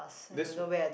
that's